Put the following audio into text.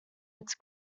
its